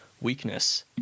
weakness